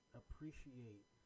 appreciate